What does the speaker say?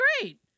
great